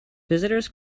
visitors